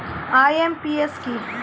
IMPS কি?